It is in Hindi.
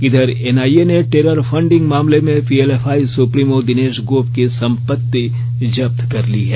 इधर एनआईए ने टेरर फंडिंग मामले में पीएलएफआई सुप्रीमो दिनेश गोप की संपत्ति जब्त कर ली है